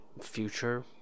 future